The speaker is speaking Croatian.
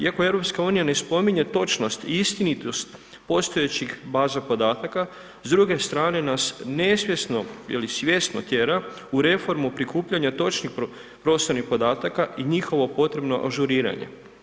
Iako EU ne spominje točnost i istinitost postojećih baza podataka, s druge strane nas nesvjesno ili svjesno tjera u reformu prikupljanja točnih prostornih podataka i njihovo potrebno ažuriranje.